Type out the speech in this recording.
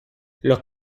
los